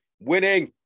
Winning